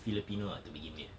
filipino ah to begin with